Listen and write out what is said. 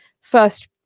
first